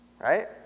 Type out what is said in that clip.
right